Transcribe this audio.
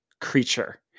creature